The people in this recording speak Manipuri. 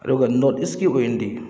ꯑꯗꯨꯒ ꯅꯣꯔꯠ ꯏꯁꯀꯤ ꯑꯣꯏꯅꯗꯤ